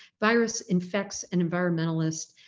virus infects an environmentalist.